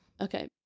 okay